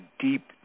deep